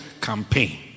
campaign